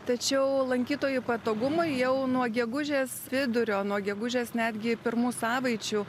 tačiau lankytojų patogumui jau nuo gegužės vidurio nuo gegužės netgi pirmų savaičių